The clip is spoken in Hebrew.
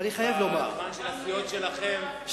בזמן של הסיעות שלכם,